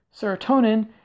serotonin